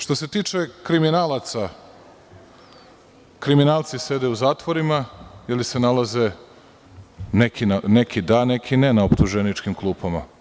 Što se tiče kriminalaca, kriminalci sede u zatvorima ili se nalaze neki da neki ne na optuženičkim klupama.